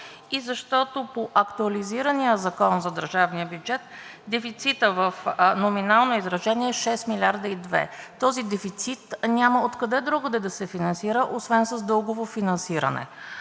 и защото по актуализирания Закон за държавния бюджет дефицитът в номинално изражение е 6,2 милиарда. Този дефицит няма откъде другаде да се финансира освен с дългово финансиране.